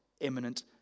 imminent